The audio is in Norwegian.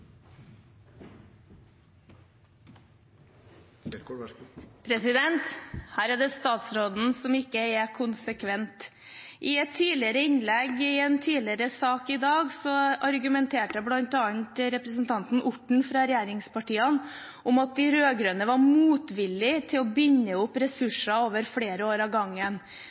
E39. Her er det statsråden som ikke er konsekvent. I et tidligere innlegg i en tidligere sak i dag argumenterte bl.a. representanten Orten fra regjeringspartiene om at de rød-grønne var motvillige til å binde opp ressurser over flere år